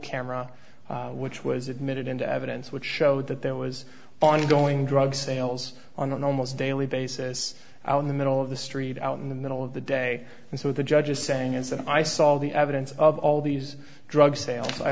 camera which was admitted into evidence which showed that there was ongoing drug sales on an almost daily basis in the middle of the street out in the middle of the day and so the judge is saying is that i saw the evidence of all these drug sales i